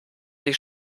sich